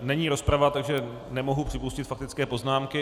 Není rozprava, takže nemohu připustit faktické poznámky.